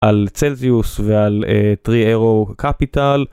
על צלזיוס ועל 3 אירו קפיטל